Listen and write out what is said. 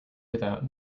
without